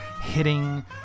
hitting